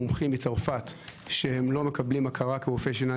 מומחים מצרפת שלא מקבלים הכרה כרופאי שיניים